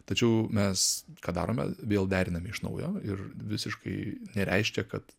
tačiau mes ką darome vėl deriname iš naujo ir visiškai nereiškia kad